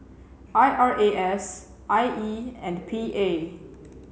I R A S I E and P A